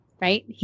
Right